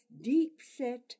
deep-set